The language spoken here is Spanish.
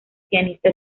pianista